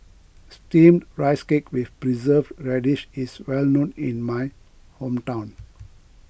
Steamed Rice Cake with Preserved Radish is well known in my hometown